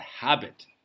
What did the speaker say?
Habit